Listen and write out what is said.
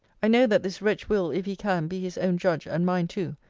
i know that this wretch will, if he can, be his own judge, and mine too.